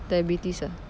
diabetes ah